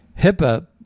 HIPAA